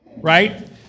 right